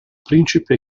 principe